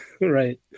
Right